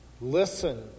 Listen